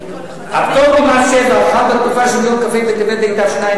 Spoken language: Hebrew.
הפטור ממס שבח חל בתקופה שמיום כ"ה בטבת התשע"א,